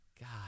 God